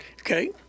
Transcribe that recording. Okay